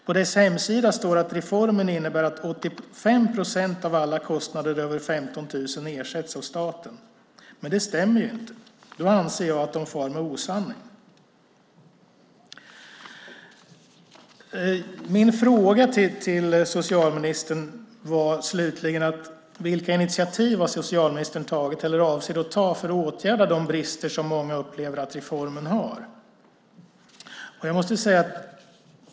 På dess hemsida står att reformen innebär att 85 procent av alla kostnader över 15 000 ersätts av staten, men det stämmer inte. Då anser jag att de far med osanning. Min fråga till socialministern var: Vilka initiativ har socialministern tagit eller avser att ta för att åtgärda de brister som många upplever att reformen har?